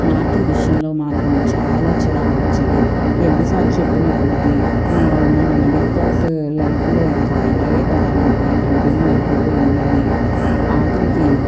నాకీ విషయంలో మాత్రం చాలా చిరాకొచ్చేది ఎన్ని సార్లు చెప్పినప్పటికీ మనం మిడిల్ క్లాస్ లైఫ్లో ఇంకా ఇలాగే కదా ఉంటాయి కంటిన్యూ అయిపోతూ ఉండేవి ఆఖరికి